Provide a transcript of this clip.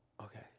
Okay